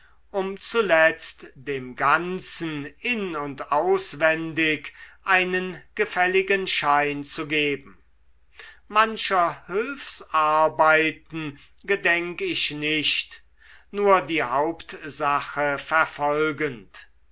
um zuletzt dem ganzen in und auswendig einen gefälligen schein zu geben mancher hülfsarbeiten gedenk ich nicht nur die hauptsache verfolgend